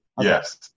Yes